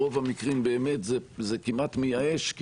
ברוב המקרים זה כמעט מייאש,